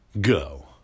go